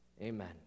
Amen